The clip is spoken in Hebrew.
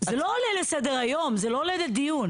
זה לא עולה לסדר היום, זה לא עולה לדיון.